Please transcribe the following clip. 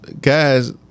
guys